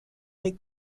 des